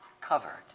Covered